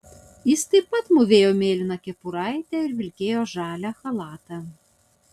jis taip pat mūvėjo mėlyną kepuraitę ir vilkėjo žalią chalatą